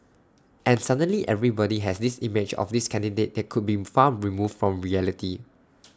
and suddenly everybody has this image of this candidate that could been farm removed from reality